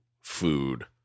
food